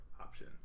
option